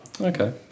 Okay